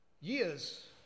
years